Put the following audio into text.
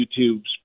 YouTube's